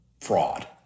fraud